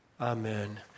Amen